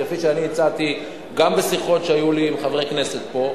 כפי שאני הצעתי גם בשיחות שהיו לי עם חברי כנסת פה,